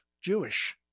Jewish